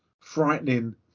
frightening